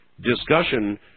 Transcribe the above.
discussion